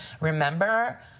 remember